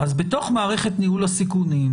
אז בתוך מערכת ניהול הסיכונים,